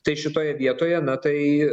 tai šitoje vietoje na tai